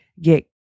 get